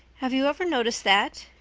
have you ever noticed that?